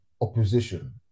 opposition